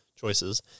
choices